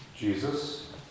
Jesus